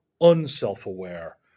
unself-aware